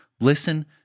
listen